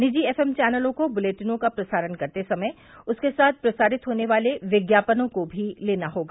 निजी एफएम चैनलों को ब्लेटिनों का प्रसारण करते समय उसके साथ प्रसारित होने वाले विज्ञापनों को भी लेना होगा